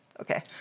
Okay